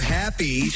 happy